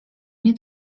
nie